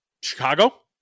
Chicago